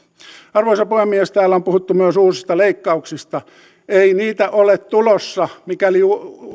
arvoisa puhemies täällä on puhuttu myös uusista leikkauksista ei niitä ole tulossa mikäli